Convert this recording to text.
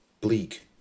bleak